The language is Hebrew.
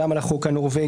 גם על החוק הנורבגי,